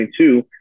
2022